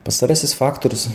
pastarasis faktorius